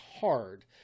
hard